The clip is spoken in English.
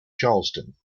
charleston